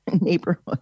neighborhood